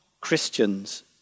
Christians